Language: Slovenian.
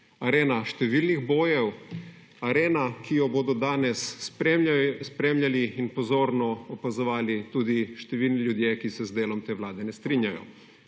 Arena številnih bojev, arena, ki jo bodo danes spremljali in pozorno opazovali tudi številni ljudje, ki se z delom te vlade ne strinjajo.